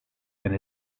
and